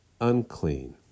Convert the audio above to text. unclean